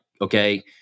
okay